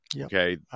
Okay